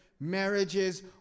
marriages